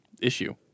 issue